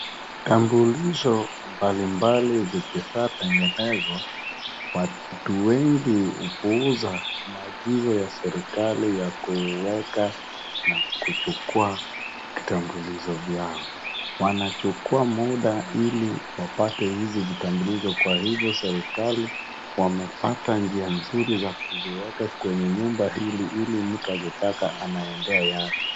Vitambulisho mbalimbali zikishatengenezwa, watu wengi hupuuza maagizo ya serikali ya kuweka na kuchukua kitambulisho vyao. Wanachukua muda ili wapate hizi vitambulisho kwa hivyo serikali wamepata njia nzuri za kuziweka kwenye nyumba hii ili mtu akitaka anaendea yake.